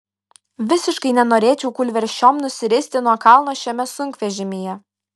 visiškai nenorėčiau kūlversčiom nusiristi nuo kalno šiame sunkvežimyje